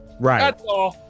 Right